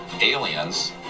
aliens